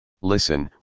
listen